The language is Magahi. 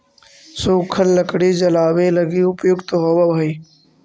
सूखल लकड़ी जलावे लगी उपयुक्त होवऽ हई